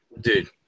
Dude